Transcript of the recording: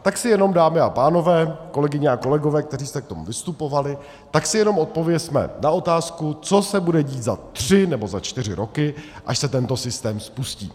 Tak si jenom, dámy a pánové, kolegyně a kolegové, kteří jste k tomu vystupovali, tak si jenom odpovězme na otázku, co se bude dít za tři nebo za čtyři roky, až se tento systém spustí.